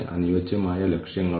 അതിനാൽ നിങ്ങൾ കാരണം കണ്ടെത്തുക